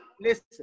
listen